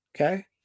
okay